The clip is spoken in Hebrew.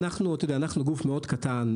אנחנו גוף מאוד קטן,